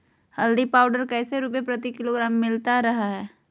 हल्दी पाउडर कैसे रुपए प्रति किलोग्राम मिलता रहा है?